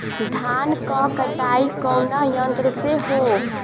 धान क कटाई कउना यंत्र से हो?